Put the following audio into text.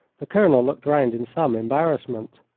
the colonel looked round in some embarrassment.